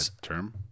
term